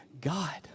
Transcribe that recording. god